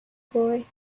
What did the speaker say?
boy